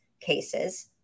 cases